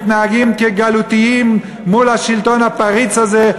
מתנהגים כגלותיים מול השלטון הפריץ הזה.